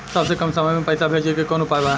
सबसे कम समय मे पैसा भेजे के कौन उपाय बा?